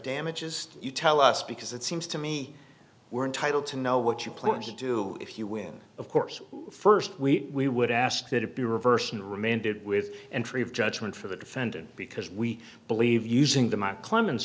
damages you tell us because it seems to me we're entitled to know what you plan to do if you win of course first we would ask that it be reversed and remanded with entry of judgment for the defendant because we believe using the mike clemen